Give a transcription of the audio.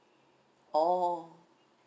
orh